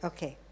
Okay